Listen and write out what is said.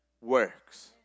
works